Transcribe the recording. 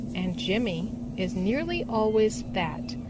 and jimmy is nearly always fat.